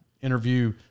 interview